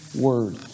word